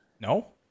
No